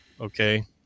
okay